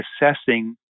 assessing